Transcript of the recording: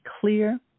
clear